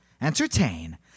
entertain